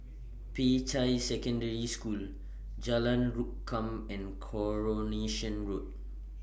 Peicai Secondary School Jalan Rukam and Coronation Road